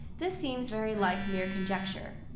this seems very like mere conjecture.